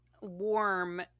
warm